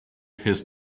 his